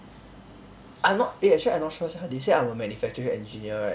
I not eh actually I not sure sia they say I'm a manufacturing engineer right